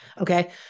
Okay